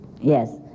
Yes